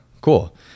cool